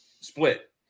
split